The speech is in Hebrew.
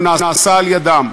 הוא נעשה על-ידם,